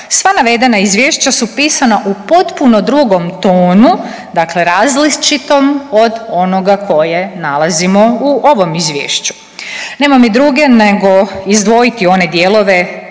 Sva navedena izvješća su pisana u potpuno drugom tonu, dakle različitom od onoga koje nalazimo u ovom izvješću. Nema mi druge nego izdvojiti one dijelove